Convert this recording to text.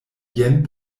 jen